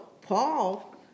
Paul